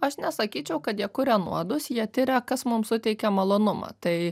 aš nesakyčiau kad jie kuria nuodus jie tiria kas mums suteikia malonumą tai